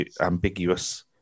ambiguous